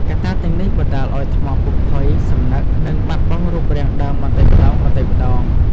កត្តាទាំងនេះបណ្ដាលឱ្យថ្មពុកផុយ សំណឹក និងបាត់បង់រូបរាងដើមបន្តិចម្ដងៗ។